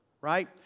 right